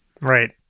Right